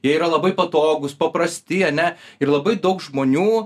jie yra labai patogūs paprasti ane ir labai daug žmonių